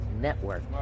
Network